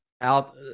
out